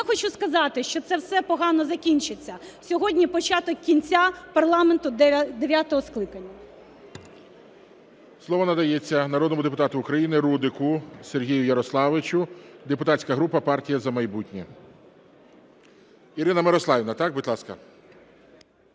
я хочу сказати, що це все погано закінчиться. Сьогодні початок кінці парламенту дев'ятого скликання. ГОЛОВУЮЧИЙ. Слово надається народному депутату України Рудику Сергію Ярославовичу, депутатська група "Партія "За майбутнє". Ірина Мирославівна, так? Будь ласка.